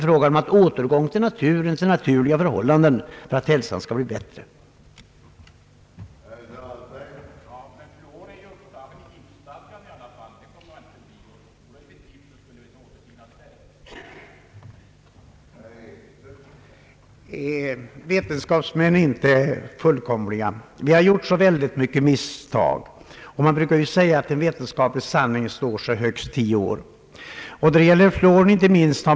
Vi vet att fluorhalten i Mälaren inte ökat, trots att Uppsala och Eskilstuna sedan långa tider haft fluor på detta sätt.